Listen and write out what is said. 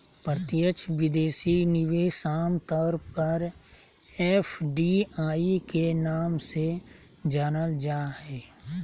प्रत्यक्ष विदेशी निवेश आम तौर पर एफ.डी.आई के नाम से जानल जा हय